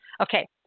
Okay